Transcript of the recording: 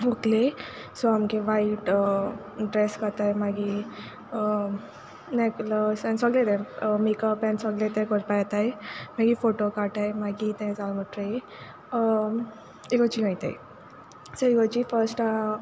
व्होकले सो आमगे white dress घाताय मागी लायक सोगळें तें मॅकअप एन्ड सोगळें तें कोरपाक येताय मागीर फोटो काटाय मागी तें जाल मुटरी इगोर्जीन ओयताय सो इगोर्जीन फर्स्ट